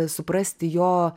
suprasti jo